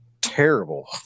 terrible